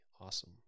awesome